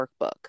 workbook